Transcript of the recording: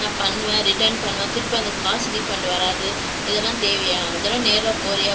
நான் பண்ணுவேன் ரிட்டன் பண்ணுவேன் திருப்பி அந்த காசு ரீஃபண்ட் வராது இதெல்லாம் தேவையா அதெல்லாம் நேரில் போகிறியா